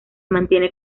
mantiene